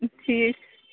ٹھیٖک